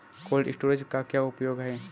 Cold storage का क्या उपयोग है?